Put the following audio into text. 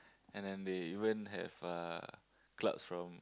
and then they even have uh clubs from